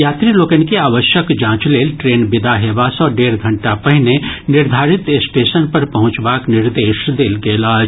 यात्री लोकनि के आवश्यक जाँच लेल ट्रेन विदा हेवा सँ डेढ़ घंटा पहिने निर्धारित स्टेशन पर पहुचबाक निर्देश देल गेल अछि